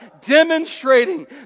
Demonstrating